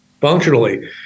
functionally